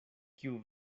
kiu